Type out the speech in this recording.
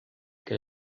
que